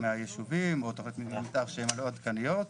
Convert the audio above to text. מהישובים או תכניות מתאר שהן לא עדכניות,